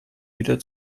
wieder